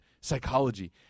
psychology